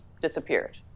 disappeared